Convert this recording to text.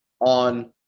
on